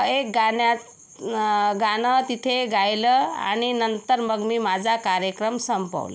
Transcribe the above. एक गाण्यात गाणं तिथे गायलं आणि नंतर मग मी माझा कार्यक्रम संपवला